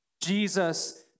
Jesus